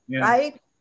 right